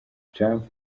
trump